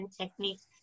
techniques